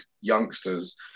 youngsters